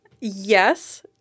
Yes